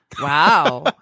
Wow